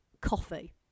coffee